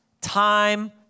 time